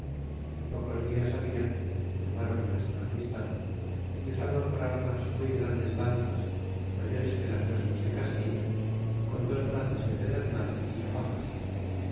é pocos dias habla que tomaron nuestra amistad é usaban por armas muy grandes lanzas mayores que las nuestras de castilla con dos brazas de pedernal é navajas